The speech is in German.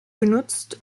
genutzt